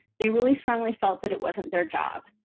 they really strongly felt that it wasn't their job,